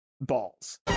Balls